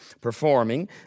performing